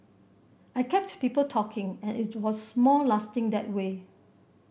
I kept people talking and it was more lasting that way